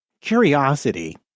curiosity